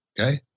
Okay